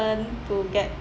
to get